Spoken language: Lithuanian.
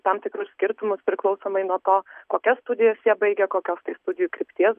tam tikrus skirtumus priklausomai nuo to kokias studijas jie baigia kokios tai studijų krypties